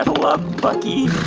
saddle up, bucky.